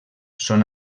són